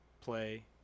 play